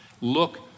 look